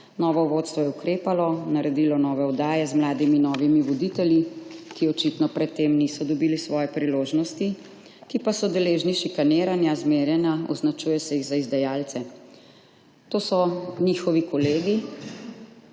Novo vodstvo je ukrepalo, naredilo nove oddaje z mladimi, novimi voditelji, ki očitno pred tem niso dobili svoje priložnosti, ki pa so deležni šikaniranja, zmerjanja, označuje se jih za izdajalce. To so njihovi kolegi,